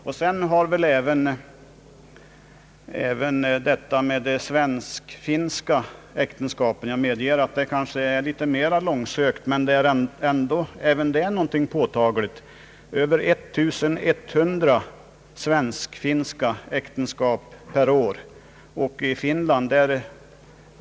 Vidare har vi över 1100 svensk-finska äktenskap per år — jag medger att detta argument kanske är litet mera långsökt, men även det är i alla fall någonting påtagligt — och i Finland är giftasåldrarna 18 respektive 17 år.